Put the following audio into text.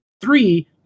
Three